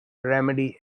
remedy